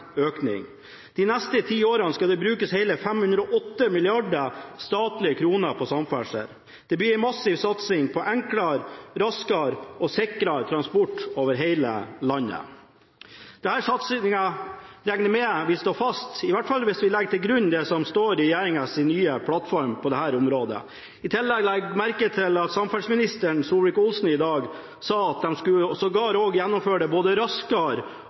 økning. De neste ti årene skal det brukes hele 508 mrd. statlige kroner på samferdsel. Det blir en massiv satsing på enklere, raskere og sikrere transport over hele landet. Denne satsinga regner jeg med vil stå fast, i hvert fall hvis vi legger til grunn det som står i regjeringas nye plattform på dette området. I tillegg la jeg merke til at samferdselsminister Solvik-Olsen i dag sa at de sågar også skulle gjennomføre det både raskere